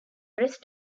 rest